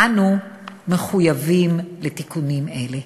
אנו מחויבים לתיקונים אלה.